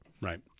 Right